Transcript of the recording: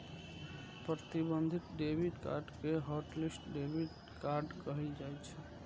प्रतिबंधित debit card कें hotlist debit card कहल जाइ छै